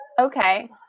Okay